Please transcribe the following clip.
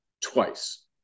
twice